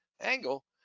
angle